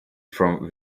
from